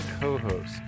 co-host